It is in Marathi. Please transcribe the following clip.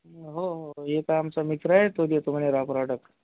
हो हो एक आमचा मित्र आहे तो घेतो म्हणे रॉ प्रॉडक